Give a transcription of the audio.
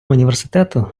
університету